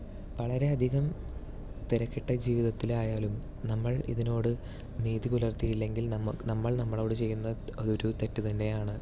വളരെ അധികം തിരക്കിട്ട ജീവിതത്തിലായാലും നമ്മൾ ഇതിനോട് നീതി പുലർത്തിയില്ലെങ്കിൽ നമ്മൾ നമ്മളോട് ചെയ്യുന്ന അതൊരു തെറ്റുതന്നെയാണ്